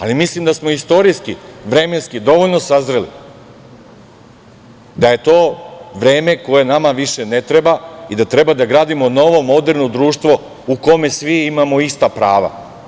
Ali, mislim da smo istorijski, vremenski dovoljno sazreli, da je to vreme koje nama više ne treba i da treba da gradimo novo, moderno društvo u kome svi imamo ista prava.